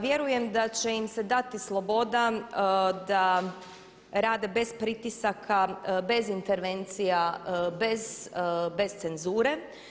Vjerujem da će im se dati sloboda da rade bez pritisaka, bez intervencija, bez cenzure.